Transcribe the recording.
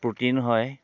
protein হয়